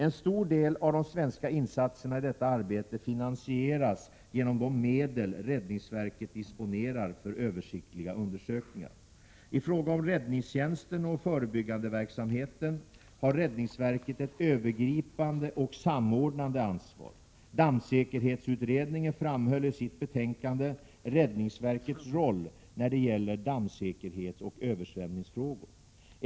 En stor del av de svenska insatserna i detta arbete finansieras genom de medel räddningsverket disponerar för översiktliga undersökningar. I fråga om räddningstjänsten och förebyggandeverksamheten har räddningsverket ett övergripande och samordnande ansvar. Dammsäkerhetsutredningen framhöll i sitt betänkande räddningsverkets roll när det gäller dammsäkerhetsoch översvämningsfrågor.